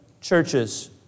churches